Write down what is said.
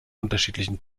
unterschiedlichen